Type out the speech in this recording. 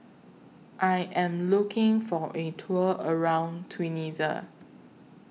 I Am looking For A Tour around Tunisia